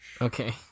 Okay